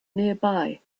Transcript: nearby